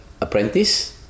Apprentice